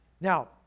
Now